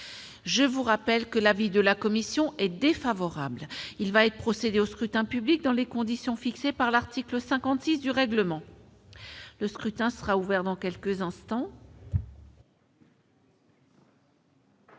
Je rappelle que l'avis de la commission est défavorable. Il va être procédé au scrutin dans les conditions fixées par l'article 56 du règlement. Le scrutin est ouvert. Personne ne demande